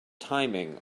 timing